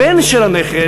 הבן של הנכד,